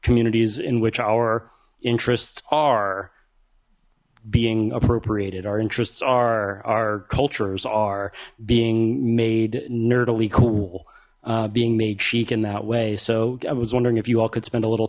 communities in which our interests are being appropriated our interests are our culture's are being made nerdily cool being made chic in that way so i was wondering if you all could spend a little